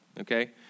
okay